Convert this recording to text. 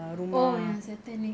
oh ya satanic